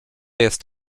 jest